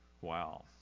Wow